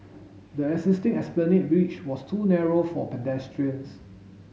the existing Esplanade Bridge was too narrow for pedestrians